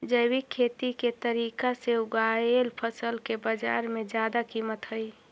जैविक खेती के तरीका से उगाएल फसल के बाजार में जादा कीमत हई